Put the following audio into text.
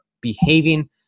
behaving